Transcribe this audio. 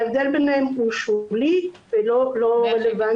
ההבדל ביניהם הוא שולי ולא רלוונטי.